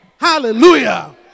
Hallelujah